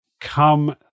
come